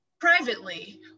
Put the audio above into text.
privately